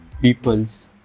people's